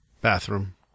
bathroom